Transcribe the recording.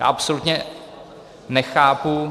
Absolutně nechápu...